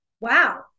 Wow